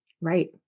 Right